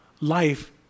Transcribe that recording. life